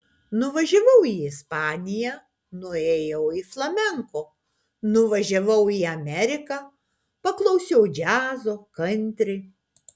nuvažiavau į ispaniją nuėjau į flamenko nuvažiavau į ameriką paklausiau džiazo kantri